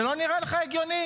זה לא נראה לך הגיוני?